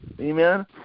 Amen